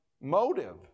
motive